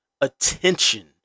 attention